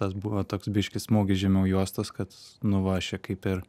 tas buvo toks biškį smūgis žemiau juostos kad nu va aš čia kaip ir